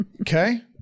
Okay